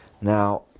Now